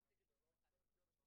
אני מעמותת נכה לא חצי בן אדם.